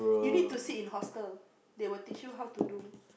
you need to sit in hostel they will teach you how to do